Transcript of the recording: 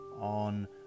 on